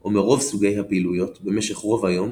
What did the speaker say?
או מרוב סוגי הפעילויות במשך רוב היום,